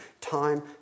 time